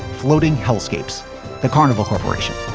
floating hell escapes the carnival corporation